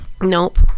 nope